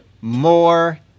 more